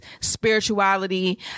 spirituality